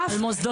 תפסיק?